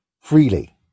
freely